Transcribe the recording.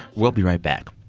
we'll be right back